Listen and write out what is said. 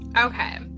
Okay